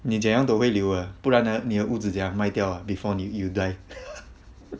你怎样都会留啊不然呢你的屋子怎么样卖掉啊 before you die